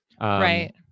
right